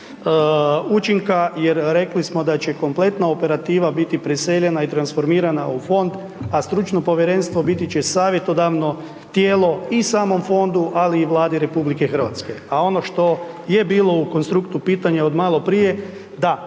učinka jer rekli smo da će kompletna operativa biti preseljena i transformirana u fond, a stručno povjerenstvo biti će savjetodavno tijelo i samom fondu ali i Vladi RH, a ono što je bilo u konstruktu pitanje od malo prije, da